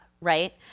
Right